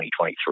2023